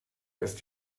ist